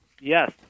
Yes